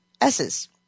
S's